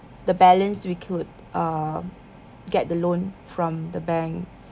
the balance we could uh get the loan from the bank